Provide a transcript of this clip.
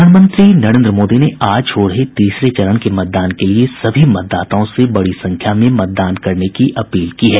प्रधानमंत्री नरेन्द्र मोदी ने आज हो रहे तीसरे चरण के मतदान के लिए सभी मतदाताओं से बड़ी संख्या में मतदान करने की अपील की है